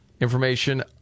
Information